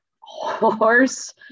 horse